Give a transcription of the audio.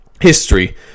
history